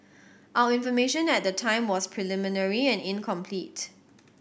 our information at the time was preliminary and incomplete